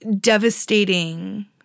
devastating